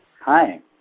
Hi